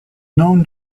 known